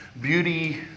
beauty